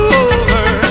over